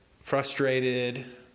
frustrated